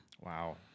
Wow